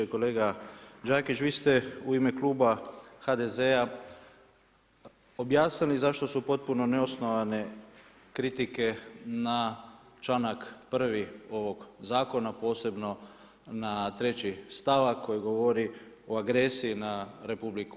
Kolega Đakić vi ste u ime kluba HDZ-a objasnili zašto su potpuno neosnovane kritike na članak 1. ovog zakona, posebno na 3. stavak koji govori o agresiji na RH.